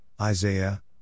Isaiah